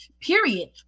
period